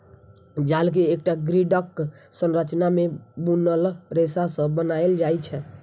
जाल कें एकटा ग्रिडक संरचना मे बुनल रेशा सं बनाएल जाइ छै